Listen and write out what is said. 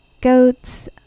goats